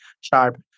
sharp